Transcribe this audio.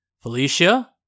Felicia